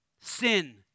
Sin